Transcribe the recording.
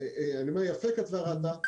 אני אומר יפה כתבה רת"א,